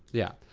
yeah,